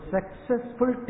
Successful